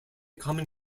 common